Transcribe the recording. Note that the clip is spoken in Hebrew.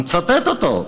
אני מצטט אותו: